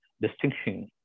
distinction